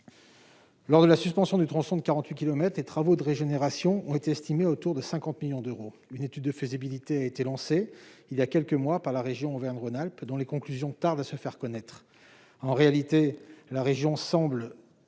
Lors de la suspension du tronçon de 48 kilomètres des travaux de régénération on est estimé autour de 50 millions d'euros, une étude de faisabilité a été lancé il y a quelques mois par la région Auvergne-Rhône-Alpes, dont les conclusions, tarde à se faire connaître en réalité la région semble